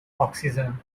oxygen